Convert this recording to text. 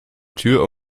tür